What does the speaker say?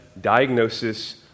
diagnosis